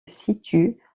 situe